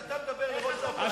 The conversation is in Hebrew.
איך אתה מדבר על ראש האופוזיציה?